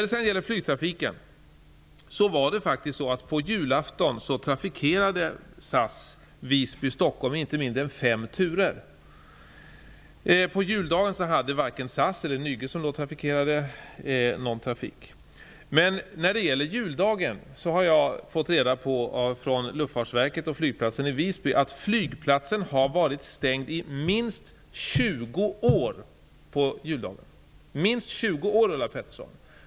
När det gäller flygtrafiken var det så att på julafton trafikerade SAS Visby--Stockholm med inte mindre än fem turer. På juldagen förekom ingen flygtrafik. Jag har fått veta av Luftfartsverket att flygplatsen i Visby varit stängd på juldagen i minst 20 år.